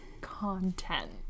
content